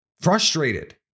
frustrated